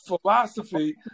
philosophy